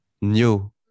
new